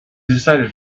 decided